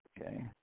Okay